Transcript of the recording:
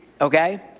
Okay